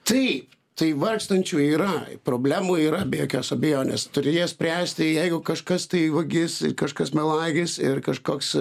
taip tai vargstančių yra problemų yra be jokios abejonės turi jas spręsti jeigu kažkas tai vagis kažkas melagis ir kažkoks